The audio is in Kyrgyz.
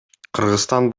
кыргызстан